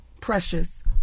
Precious